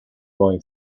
boy